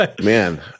Man